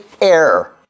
air